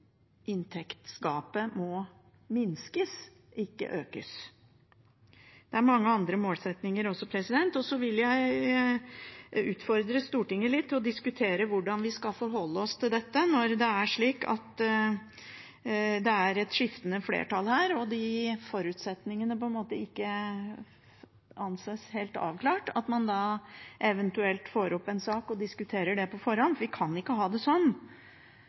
inntektsgapet må minskes, ikke økes. Det er mange andre målsettinger også. Så vil jeg utfordre Stortinget til å diskutere hvordan vi skal forholde oss til dette når det er slik at det er et skiftende flertall her, og forutsetningene ikke anses helt avklart – at man da eventuelt får opp en sak og diskuterer det på forhånd. Vi kan ikke ha det sånn